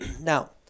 now